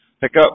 pickup